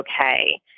okay